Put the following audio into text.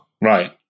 Right